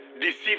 deceive